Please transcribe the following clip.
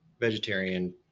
vegetarian